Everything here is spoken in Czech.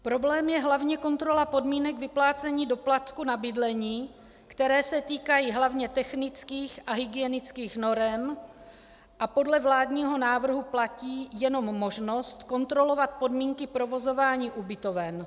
Problém je hlavně kontrola podmínek vyplácení doplatku na bydlení, které se týkají hlavně technických a hygienických norem, a podle vládního návrhu platí jenom možnost kontrolovat podmínky k provozování ubytoven.